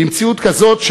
במציאות כזאת,